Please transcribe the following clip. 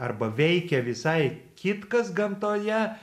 arba veikia visai kitkas gamtoje